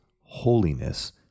holiness